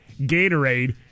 Gatorade